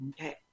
Okay